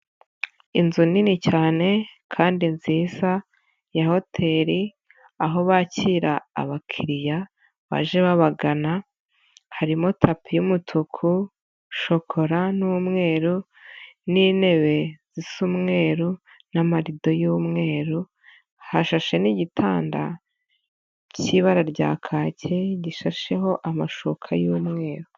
Inzu nini cyane kandi nziza ya hoteri, aho bakira abakiriya baje babagana, harimo tapi y'umutuku, shokora, n'umweru, n'intebe zisa umweru n'amarido y'umweru. Hashashe n'igitanda cy'ibara rya kake gishasheho amashuka y'umweru.